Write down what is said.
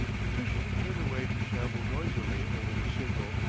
the fisherman turned away to shamble noisily over the shingle,